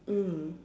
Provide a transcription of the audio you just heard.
mm